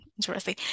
interesting